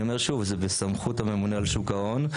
אני אומר שוב, זה בסמכות הממונה על שוק ההון.